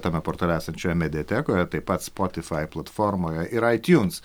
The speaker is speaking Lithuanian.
tame portale esančioje mediatekoje taip pat spotifai platformoje ir aitiuns